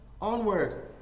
onward